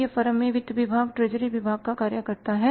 यह फर्म में वित्त विभाग ट्रेजरी विभाग का कार्य है